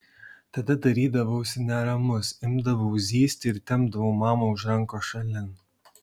tada darydavausi neramus imdavau zyzti ir tempdavau mamą už rankos šalin